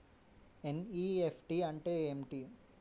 NEFT అంటే ఏమిటి?